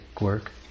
work